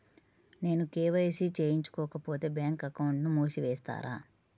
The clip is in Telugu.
నేను కే.వై.సి చేయించుకోకపోతే బ్యాంక్ అకౌంట్ను మూసివేస్తారా?